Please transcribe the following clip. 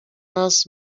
nas